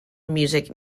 music